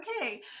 Okay